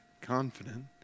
confident